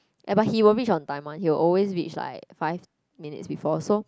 eh but he will reach on time one he will always reach like five minutes before so